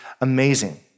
amazing